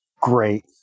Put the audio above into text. great